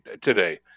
today